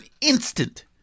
instant